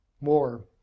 more